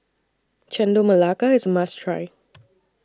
Chendol Melaka IS must Try